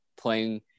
playing